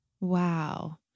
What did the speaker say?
Wow